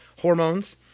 hormones